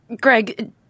Greg